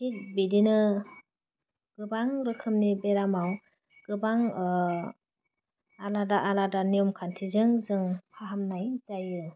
थिग बिदिनो गोबां रोखोमनि बेरामाव गोबां ओह आलादा आलादा नेम खान्थिजों जों फाहामनाय जायो